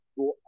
go